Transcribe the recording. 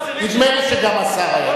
נדמה לי שגם השר היה כך.